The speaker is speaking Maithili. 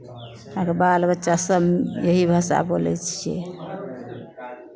हमर बाल बच्चासभ यही भाषा बोलै छियै